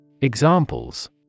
Examples